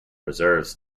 reserves